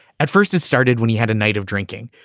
at first it started when he had a night of drinking,